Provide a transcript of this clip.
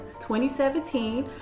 2017